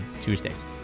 Tuesdays